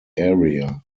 area